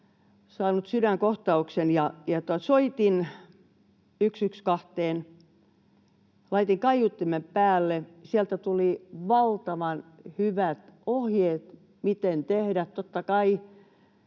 saanut sydänkohtauksen. Soitin 112:een, laitoin kaiuttimen päälle, ja sieltä tuli valtavan hyvät ohjeet, miten tehdä.